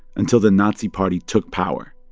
until the nazi party took power.